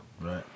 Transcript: Right